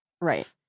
Right